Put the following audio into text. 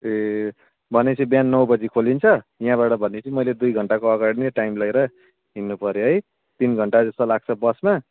ए भने पछि बिहान नौ बजी खोलिन्छ यहाँबाट भने पछि मैले दुई घण्टाको अगाडि नै टाइम लिएर हिँड्नु पऱ्यो है तिन घण्टा जस्तो लाग्छ बसमा